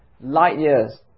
light-years